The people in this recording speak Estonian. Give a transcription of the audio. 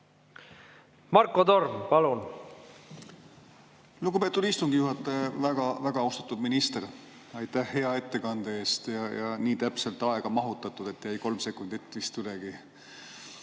Marko Torm, palun! Lugupeetud istungi juhataja! Väga austatud minister, aitäh hea ettekande eest! See oli nii täpselt aega mahutatud, et kolm sekundit jäi vist ülegi.